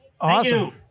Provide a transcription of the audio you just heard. Awesome